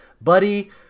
Buddy